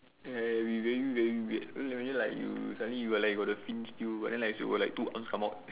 ya ya be very very weird imagine like you suddenly like you got like the fins still but then like you got like two arms come out